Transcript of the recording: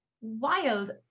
wild